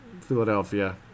Philadelphia